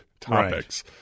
topics